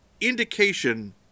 indication